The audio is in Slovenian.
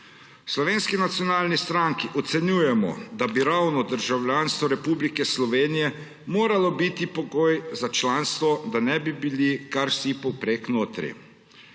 Slovenski nacionalni stranki ocenjujemo, da bi ravno državljanstvo Republike Slovenije moralo biti pogoj za članstvo, da ne bi bili kar vsi povprek notri.